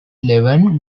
eleven